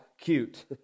cute